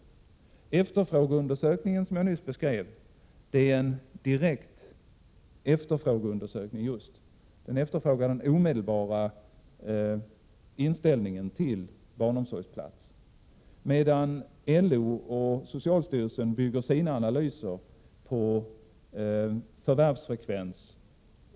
SCB:s undersökning, som jag nyss beskrev, är en direkt efterfrågeundersökning avseende det omedelbara behovet av barnomsorgsplats, medan LO och socialstyrelsen bygger sina analyser på förvärvsfrekvens.